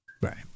Right